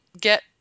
get